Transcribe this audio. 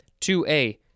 2a